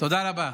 תודה רבה.